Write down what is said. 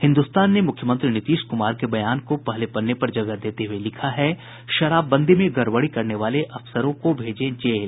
हिन्दुस्तान ने मुख्यमंत्री नीतीश कुमार के बयान को पहले पन्ने पर जगह देते हुये लिखा है शराबबंदी में गड़बड़ी करने वाले अफसरों को भेजें जेल